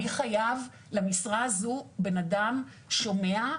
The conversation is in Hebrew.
אני חייב למשרה הזו בנאדם שומע,